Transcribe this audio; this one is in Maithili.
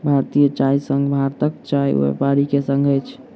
भारतीय चाय संघ भारतक चाय व्यापारी के संग अछि